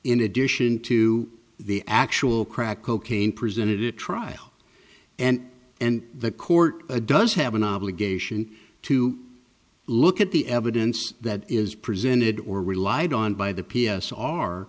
in addition to the actual crack cocaine presented it trial and and the court does have an obligation to look at the evidence that is presented or relied on by the p s are